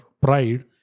pride